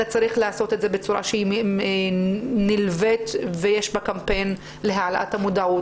אתה צריך לעשות את זה בצורה שהיא נלווית ויש בה קמפיין להעלאת המודעות.